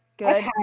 Good